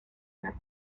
una